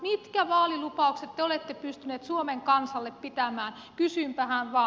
mitkä vaalilupaukset te olette pystyneet suomen kansalle pitämään kysynpähän vain